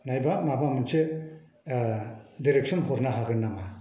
नङाबा माबा मोनसे डिरेक्सन हरनो हागोन नामा